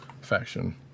faction